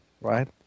right